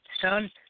Son